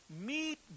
Meet